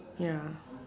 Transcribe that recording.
ya